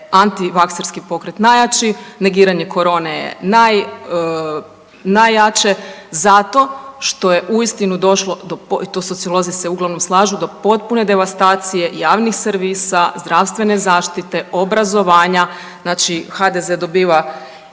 antivakserski pokret najjači, negiranje korone je naj, najjače zato što je uistinu došlo do i tu sociolozi se uglavnom slažu, do potpune devastacije javnih servisa, zdravstvene zaštite, obrazovanja, znači HDZ dobiva